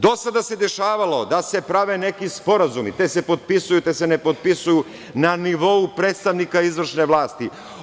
Do sada se dešavalo da se prave neki sporazumi, te se potpisuju, te se ne potpisuju na nivou predstavnika izvršne vlasti.